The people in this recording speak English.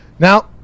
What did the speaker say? Now